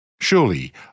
Surely